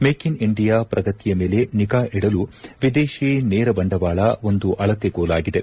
make in India ಪ್ರಗತಿಯ ಮೇಲೆ ನಿಗಾ ಇಡಲು ವಿದೇಶಿ ನೇರ ಬಂಡವಾಳ ಒಂದು ಅಳತೆಗೋಲಾಗಿದೆ